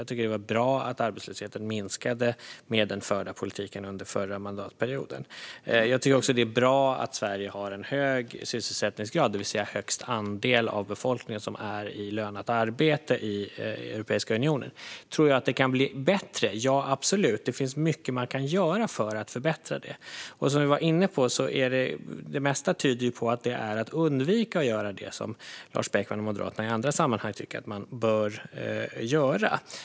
Jag tycker att det var bra att arbetslösheten minskade med den förda politiken under förra mandatperioden. Jag tycker också att det är bra att Sverige har en hög sysselsättningsgrad. Sverige är alltså det land i Europeiska unionen som har högst andel av befolkningen i avlönat arbete. Tror jag att det kan bli bättre? Ja, absolut, det finns mycket man kan göra för att förbättra detta. Som vi var inne på tyder det mesta på att det handlar om att undvika att göra det som Lars Beckman och Moderaterna i andra sammanhang tycker att man bör göra.